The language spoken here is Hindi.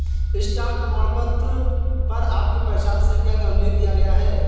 स्टॉक प्रमाणपत्र पर आपकी पहचान संख्या का उल्लेख किया गया है